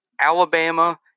Alabama